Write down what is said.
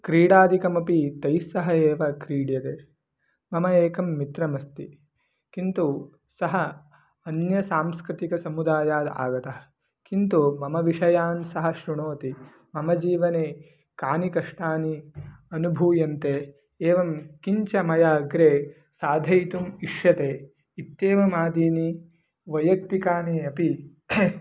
क्रीडादिकमपि तैः सह एव क्रीड्यते मम एकं मित्रमस्ति किन्तु सः अन्यसांस्कृतिकसमुदायात् आगतः किन्तु मम विषयान् सः शृणोति मम जीवने कानि कष्टानि अनुभूयन्ते एवं किञ्च मया अग्रे साधयितुम् इष्यते इत्येवमादीनि वैयक्तिकानि अपि